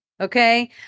Okay